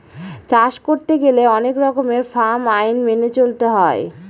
চাষ করতে গেলে অনেক রকমের ফার্ম আইন মেনে চলতে হয়